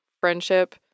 friendship